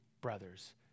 brothers